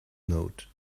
note